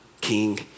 king